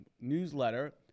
newsletter